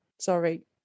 sorry